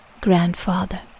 grandfather